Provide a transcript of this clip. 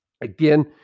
Again